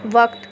وقت